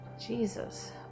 Jesus